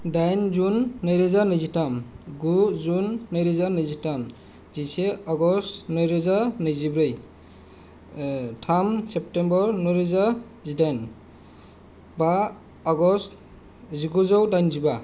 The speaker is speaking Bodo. दाइन जुन नैरोजा नैजिथाम गु जुन नैरोजा नैजिथाम जिसे आगष्ट नैरोजा नैजिब्रै थाम सेप्तेम्बर नैरोजा जिदाइन बा आगष्ट जिगुजौ दाइनजिबा